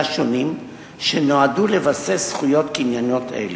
שונים שנועדו לבסס זכויות קנייניות אלה.